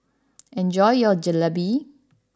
enjoy your Jalebi